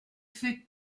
fait